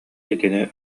итини